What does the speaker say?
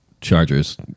chargers